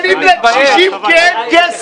מעולם לא הסכמנו, ואף אחד לא הסכים לדבר הזה.